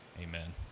Amen